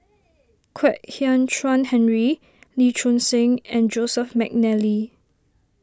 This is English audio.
Kwek Hian Chuan Henry Lee Choon Seng and Joseph McNally